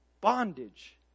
Bondage